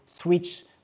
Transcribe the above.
switch